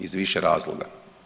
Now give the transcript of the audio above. Iz više razloga.